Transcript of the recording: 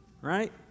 right